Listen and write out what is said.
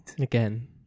again